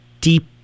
deep